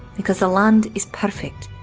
because the land is perfect.